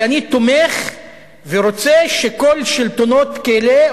כי אני תומך ורוצה שכל שלטונות כלא,